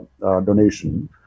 donation